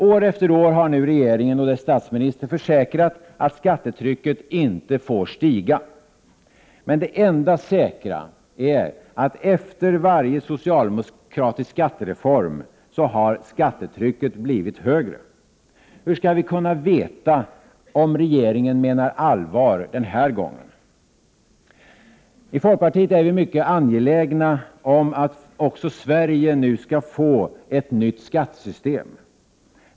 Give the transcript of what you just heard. År efter år har nu regeringen och dess statsminister försäkrat att skattetrycket inte får stiga, men det enda säkra är att skattetrycket har blivit högre efter varje socialdemokratisk skattereform. Hur skall vi kunna veta om regeringen menar allvar den här gången? I folkpartiet är vi mycket angelägna om att också Sverige skall få ett nytt skattesystem.